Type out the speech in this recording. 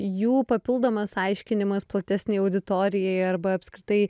jų papildomas aiškinimas platesnei auditorijai arba apskritai